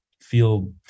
feel